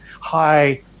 high